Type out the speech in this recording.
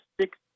six